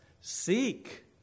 Seek